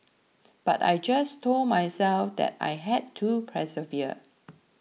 but I just told myself that I had to persevere